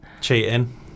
Cheating